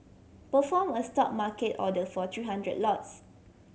perform a stop market order for three hundred lots